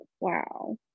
wow